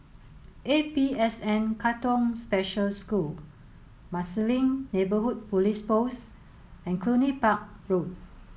A P S N Katong Special School Marsiling Neighbourhood Police Post and Cluny Park Road